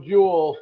Jewel